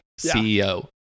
ceo